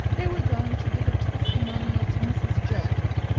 they were going to give a testimonial to mrs. jellyby,